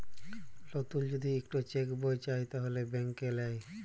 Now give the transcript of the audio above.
লতুল যদি ইকট চ্যাক বই চায় তাহলে ব্যাংকে লেই